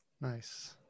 Nice